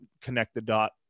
connect-the-dot